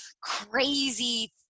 crazy